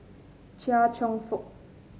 Chia Cheong Fook